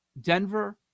Denver